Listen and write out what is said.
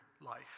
life